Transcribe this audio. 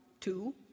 two